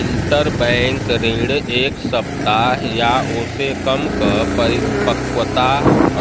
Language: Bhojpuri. इंटरबैंक ऋण एक सप्ताह या ओसे कम क परिपक्वता